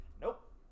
Nope